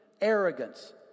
arrogance